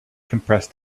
compressed